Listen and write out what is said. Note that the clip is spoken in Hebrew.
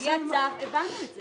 כשהגיע הצו, הבנו את זה.